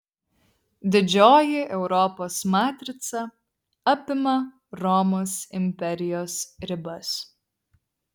didžioji europos matrica apima romos imperijos ribas